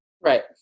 right